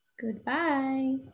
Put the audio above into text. Goodbye